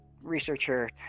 Researcher